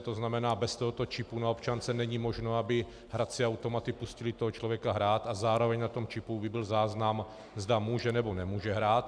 To znamená, bez tohoto čipu na občance není možné, aby hrací automaty pustily toho člověka hrát, a zároveň by byl na čipu záznam, zda může nebo nemůže hrát.